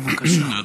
בבקשה.